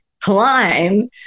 climb